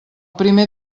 primer